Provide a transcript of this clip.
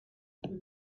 owls